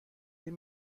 این